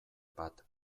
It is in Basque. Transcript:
bat